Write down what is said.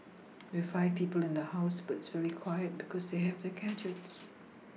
we have five people in the house but it's very quiet because they have their gadgets